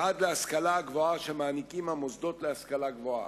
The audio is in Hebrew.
ועד להשכלה הגבוהה שמעניקים המוסדות להשכלה גבוהה.